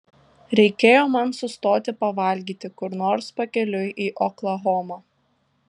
reikėjo man sustoti pavalgyti kur nors pakeliui į oklahomą